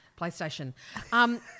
PlayStation